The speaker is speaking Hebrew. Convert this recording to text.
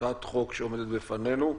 הצעת חוק שעומדת בפנינו,